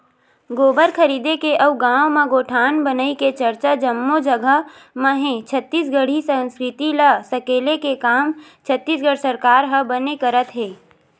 गोबर खरीदे के अउ गाँव म गौठान बनई के चरचा जम्मो जगा म हे छत्तीसगढ़ी संस्कृति ल सकेले के काम छत्तीसगढ़ सरकार ह बने करत हे